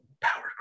Power